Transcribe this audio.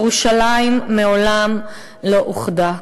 ירושלים מעולם לא אוחדה.